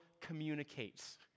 communicates